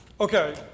Okay